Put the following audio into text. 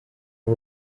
nta